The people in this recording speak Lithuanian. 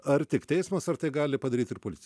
ar tik teismas ar tai gali padaryt ir policija